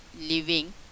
living